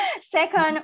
Second